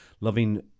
loving